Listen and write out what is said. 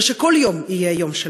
אלא שכל יום יהיה יום שלהם.